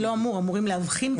זה לא אמור, אמורים להבחין כאן.